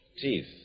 Teeth